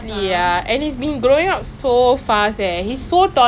oh ya dey when we go zoo right we can see your family members